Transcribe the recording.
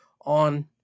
on